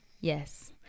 yes